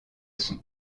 sont